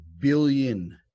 billion